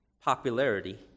popularity